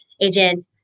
agent